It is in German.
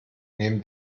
neben